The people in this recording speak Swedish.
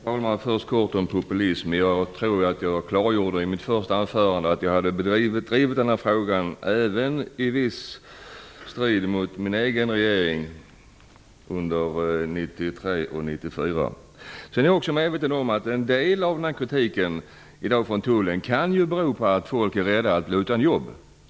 Herr talman! Låt säga något kort om populism. Jag tror att jag klargjorde i mitt första anförande att jag har drivit denna fråga även i viss strid mot min egen regering under 1993 och 1994. Jag är också medveten om att en del av kritiken från tullen i dag kan bero på att folk är rädda att bli utan jobb.